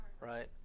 Right